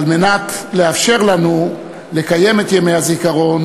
כדי לאפשר לנו לקיים את ימי הזיכרון